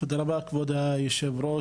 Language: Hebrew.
תודה רבה כבוד היו"ר,